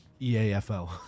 EAFL